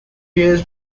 years